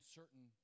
certain